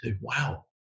wow